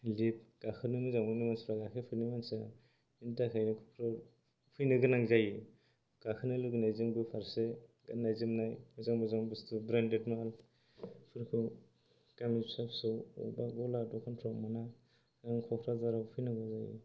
lift गाखोनो मोजां मोनोनो मानसिफ्रा गाखोफेरै मानसिफ्रा बेनि थाखाय बेयाव फैनो गोनां जायो गाखोनो लुबैनायजोंबो फारसे गाननाय जोमनाय मोजां मोजां बुस्थु ब्रेन्डेड मालफोरखौ गामि फिसा फिसा एबा गला दखानफ्राव मोना बेखायनो क'क्राजारआव फैनांगौ जायो